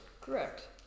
Correct